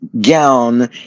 gown